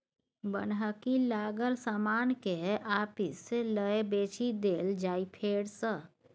बन्हकी लागल समान केँ आपिस लए बेचि देल जाइ फेर सँ